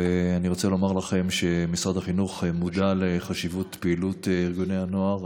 ואני רוצה לומר לכם שמשרד החינוך מודע לחשיבות פעילות ארגוני הנוער.